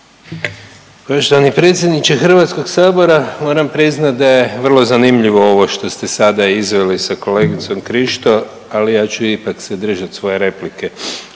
Poštovani potpredsjedniče Hrvatskoga sabora moram priznati da je vrlo zanimljivo ovo što ste sada izveli sa kolegicom Krišto. Ali ja ću ipak se držati svoje replike.